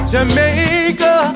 Jamaica